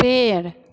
पेड़